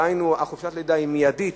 דהיינו חופשת הלידה היא מיידית,